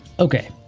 okay,